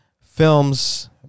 Films